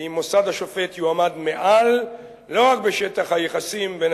ואם מוסד השופט יועמד מעל לא רק בשטח היחסים בין